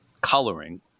coloring